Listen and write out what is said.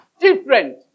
different